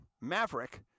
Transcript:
Maverick